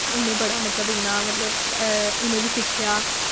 उ'नें बड़ा मतलब इ'यां मतलब उ'नें बी सिक्खेआ